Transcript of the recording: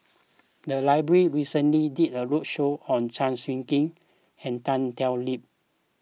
the library recently did a roadshow on Chew Swee Kee and Tan Thoon Lip